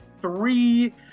three